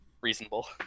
Reasonable